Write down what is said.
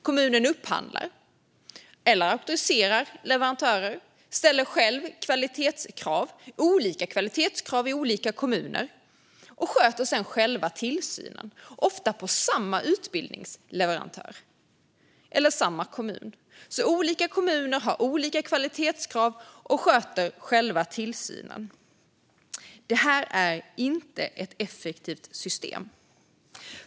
Kommunen upphandlar eller auktoriserar leverantörer. Kommunen ställer själv kvalitetskrav - det är olika kvalitetskrav i olika kommuner - och sköter sedan tillsynen, ofta av samma utbildningsleverantör eller samma kommun. Olika kommuner har alltså olika kvalitetskrav och sköter själva tillsynen. Det här är inte ett effektivt system.